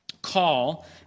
call